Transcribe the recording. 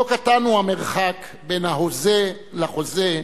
כה קטן הוא המרחק בין ה"הוזה" ל"חוזה",